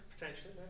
potentially